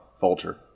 Vulture